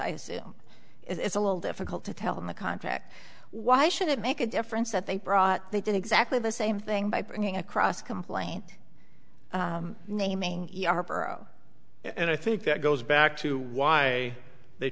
i assume it is a little difficult to tell them the contract why should it make a difference that they brought they did exactly the same thing by bringing across a complaint naming yarbrough and i think that goes back to why they